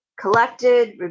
collected